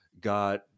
got